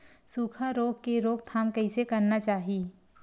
सुखा रोग के रोकथाम कइसे करना चाही?